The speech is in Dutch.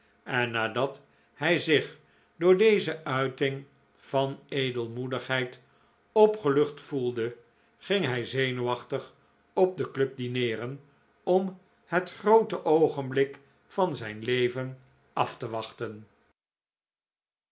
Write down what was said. en nadat hij zich door deze uiting van edelmoedigheid opgelucht voelde ging hij zenuwachtig op de club dineeren om het groote oogenblik van zijn leven af te wachten